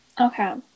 Okay